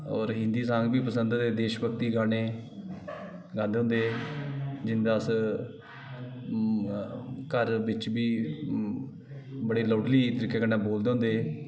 और हिंदी साॅग बी पसंद हे देश भक्ती दे गाने गांदे होंदे हे जिंदा अस घर बिच बी बडे़ लाउडली तरीके कन्नै बोलदे होंदे हे